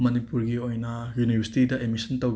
ꯃꯥꯅꯤꯄꯨꯔꯒꯤ ꯑꯣꯏꯅ ꯌꯨꯅꯤꯕꯔꯁꯤꯇꯤꯗ ꯑꯦꯠꯃꯤꯁꯟ